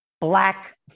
Black